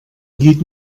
llit